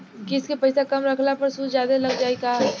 किश्त के पैसा कम रखला पर सूद जादे लाग जायी का?